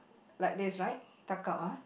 like they is right tuck out ah